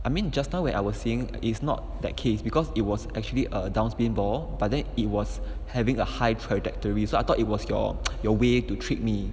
I mean just now when I was seeing is not that case because it was actually a down spin ball but then it was having a high trajectory so I thought it was your your way to trick me